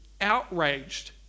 outraged